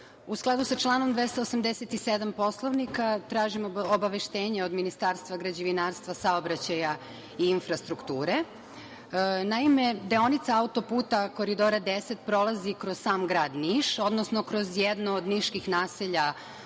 u skladu sa članom 287. Poslovnika, tražim obaveštenje od Ministarstva građevinarstva, saobraćaja i infrastrukture. Naime, deonica auto-puta Koridora 10 prolazi kroz sam grad Niš, odnosno kroz jedno od niških naselja